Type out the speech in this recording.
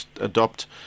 adopt